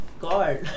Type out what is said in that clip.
God